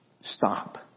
Stop